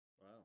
Wow